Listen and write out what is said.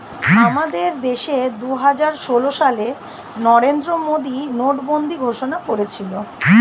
আমাদের দেশে দুহাজার ষোল সালে নরেন্দ্র মোদী নোটবন্দি ঘোষণা করেছিল